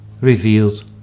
revealed